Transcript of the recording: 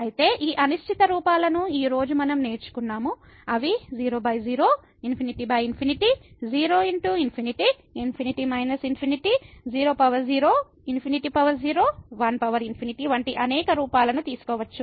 అయితే ఈ అనిశ్చిత రూపాలను ఈ రోజు మనం నేర్చుకున్నాము అవి 00 ∞∞ 0 ×∞∞∞ 00 ∞01∞ వంటి అనేక రూపాలను తీసుకోవచ్చు